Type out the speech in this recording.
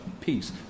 peace